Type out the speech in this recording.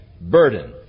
Burden